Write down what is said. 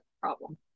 problem